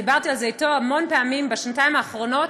דיברתי על זה אתו המון פעמים בשנתיים האחרונות,